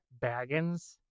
Baggins